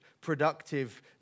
productive